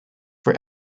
for